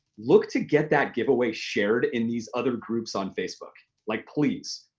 look to get that giveaway shared in these other groups on facebook. like please.